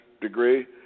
degree